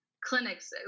clinics